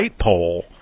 pole